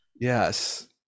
yes